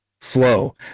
flow